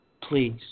please